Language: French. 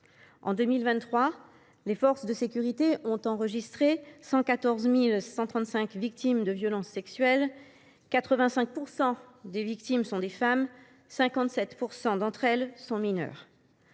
En 2023, les forces de sécurité ont dénombré 114 135 victimes de violences sexuelles ; 85 % des victimes sont de sexe féminin et 57 % d’entre elles sont mineures.